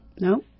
No